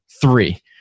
three